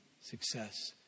success